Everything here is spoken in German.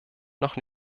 noch